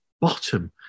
bottom